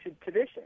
tradition